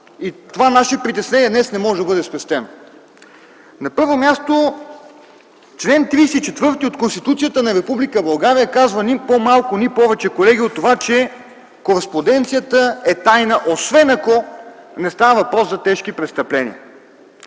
и това наше притеснение днес не може да бъде спестено. На първо място, чл. 34 от Конституцията на Република България казва ни по-малко, ни повече, колеги, от това, че кореспонденцията е тайна, освен ако не става въпрос за тежки престъпления.